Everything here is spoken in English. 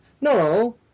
No